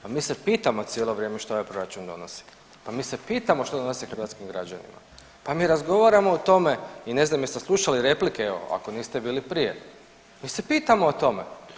Pa mi se pitamo cijelo vrijeme što ovaj proračun donosi, pa mi se pitamo što donosi hrvatskim građanima, pa mi razgovaramo o tome i ne znam jeste slušali replike, evo ako niste bili prije, mi se pitamo o tome.